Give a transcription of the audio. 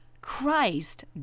Christ